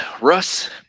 Russ